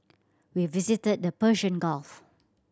we visited the Persian Gulf